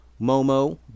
Momo